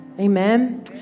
amen